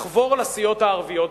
לחבור לסיעות הערביות.